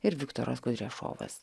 ir viktoras kudriašovas